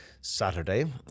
Saturday